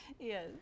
Yes